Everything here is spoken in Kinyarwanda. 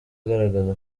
agaragaza